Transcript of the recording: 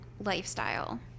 lifestyle